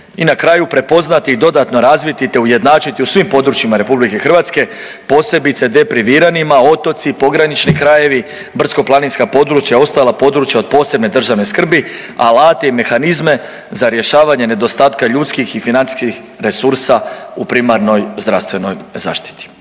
I na kraju, prepoznati i dodatno razviti te ujednačiti u svim područjima RH, posebice depriviranima otoci, pogranični krajevi, brdsko-planinska područja, ostala područja od posebne državne skrbi, alate i mehanizme za rješavanje nedostatka ljudskih i financijskih resursa u primarnoj zdravstvenoj zaštiti.